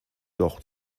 doch